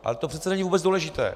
Ale to přece není vůbec důležité.